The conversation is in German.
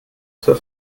zur